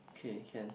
K can